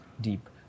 Deep